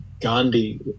Gandhi